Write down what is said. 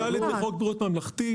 סעיף 2(ד) לחוק בריאות ממלכתי.